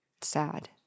Sad